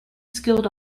skilled